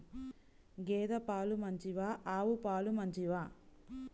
గేద పాలు మంచివా ఆవు పాలు మంచివా?